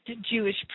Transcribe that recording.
Jewish